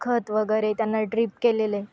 खत वगैरे त्यांना ड्र्रीप केलेले